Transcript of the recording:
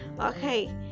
Okay